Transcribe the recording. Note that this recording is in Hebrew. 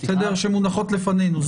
שמונחות בפנינו.